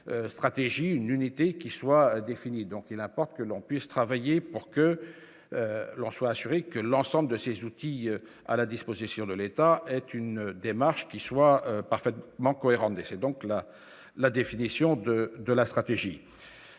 vraie stratégie, une unité qui défini, donc il importe que l'on puisse travailler pour que l'on soit assuré que l'ensemble de ces outils à la disposition de l'État est une démarche qui soit parfaitement cohérent, donc la la définition de de la stratégie